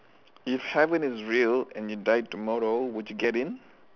if heaven is real and you die tomorrow would you get in